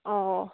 অঁ